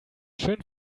schön